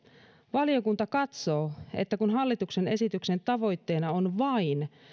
valiokunta katsoo että kun hallituksen esityksen tavoitteena on vain